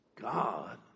God